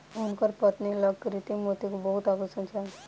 हुनकर पत्नी लग कृत्रिम मोती के बहुत आभूषण छल